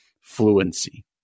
fluency